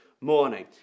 morning